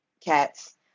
cats